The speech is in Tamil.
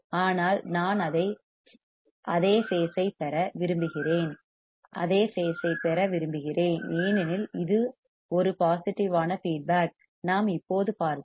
ஆனால் இங்கே நான் அதே பேஸ் phase ஐ பெற விரும்புகிறேன் அதே பேஸ் ஐ விரும்புகிறேன் ஏனெனில் இது ஒரு பாசிட்டிவ் ஆன ஃபீட்பேக் நாம் இப்போது பார்த்தோம்